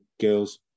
girls